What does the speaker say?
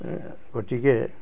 গতিকে